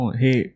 hey